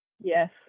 yes